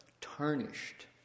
tarnished